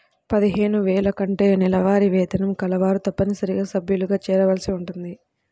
పదిహేను వేల కంటే నెలవారీ వేతనం కలవారు తప్పనిసరిగా సభ్యులుగా చేరవలసి ఉంటుంది